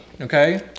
Okay